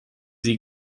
sie